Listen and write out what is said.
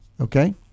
okay